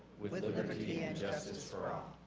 with liberty and justice for all.